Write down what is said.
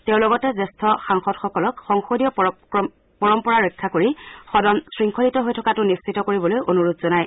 তেওঁ লগতে জ্যেষ্ঠ সাংসদসকলক সংসদীয় পৰম্পৰা ৰক্ষা কৰি সদন শংখলিত হৈ থকাতো নিশ্চিত কৰিবলৈ অনুৰোধ জনায়